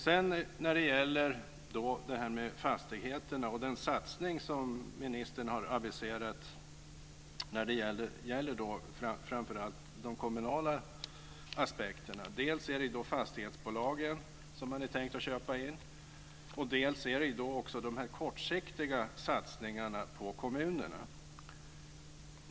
Sedan gällde det fastigheterna och den satsning som ministern har aviserat när det gäller framför allt de kommunala aspekterna. Dels är det fastighetsbolagen som man tänkt köpa in, dels är det de kortsiktiga satsningarna på kommunerna.